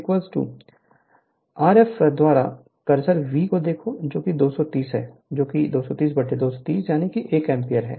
∅ RF द्वारा cursor V को देखो जो 230 से 230 1 एम्पीयर है